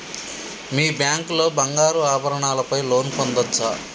మీ bank లో బంగారు ఆభరణాల పై లోన్ పొందచ్చా?